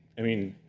i mean,